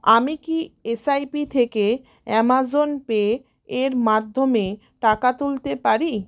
আমি কি এসআইপি থেকে অ্যামাজন পে এর মাধ্যমে টাকা তুলতে পারি